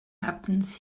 happens